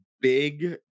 big